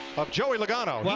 of joey logano. yeah